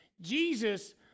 Jesus